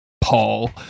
Paul